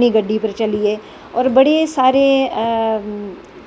अपनी गड्डी पर चलिये और बड़े सारे